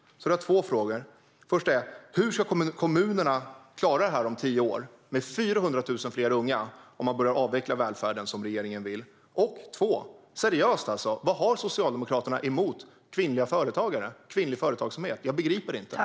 Jag har alltså två frågor: Hur ska kommunerna klara det här om tio år, med 400 000 fler unga, om man börjar avveckla välfärden som regeringen vill? Och - seriöst - vad har Socialdemokraterna emot kvinnliga företagare och kvinnlig företagsamhet? Jag begriper det inte.